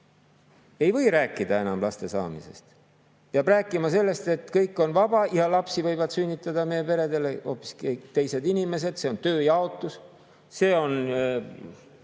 Ei või rääkida enam laste saamisest. Peab rääkima sellest, et kõik on vaba ja lapsi võivad sünnitada meie peredele hoopis teised inimesed. See on tööjaotus, see on